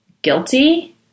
Guilty